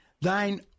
thine